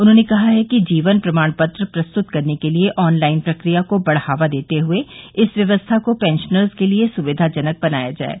उन्होंने कहा है कि जीवन प्रमाण पत्र प्रस्तुत करने के लिये आनलाइन प्रक्रिया को बढ़ावा देते हुए इस व्यवस्था को पेंशनर्स के लिये सुविधाजनक बनाया जाये